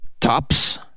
Tops